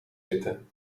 zitten